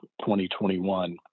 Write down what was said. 2021